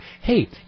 hey